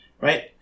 right